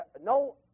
no